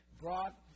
brought